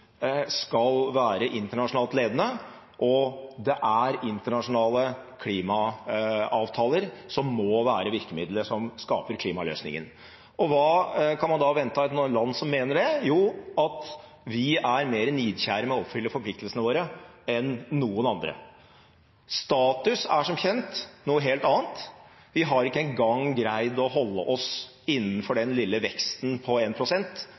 skal være internasjonalt ledende, og at internasjonale klimaavtaler må være virkemiddelet som skaper klimaløsningen. Hva kan man da vente av et land som mener det? Jo, at vi er mer nidkjære med å oppfylle forpliktelsene våre enn noen andre. Status er som kjent noe helt annet. Vi har ikke engang greid å holde oss innenfor den lille veksten på 1 pst. som vi forpliktet oss til. Vi har vokst med en